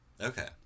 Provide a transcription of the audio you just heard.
Okay